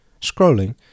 scrolling